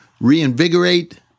reinvigorate